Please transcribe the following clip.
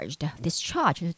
discharged